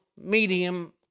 medium